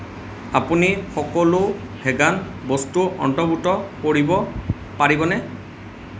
আপুনি সকলো ভেগান বস্তু অন্তৰ্ভুক্ত কৰিব পাৰিবনে